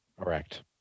Correct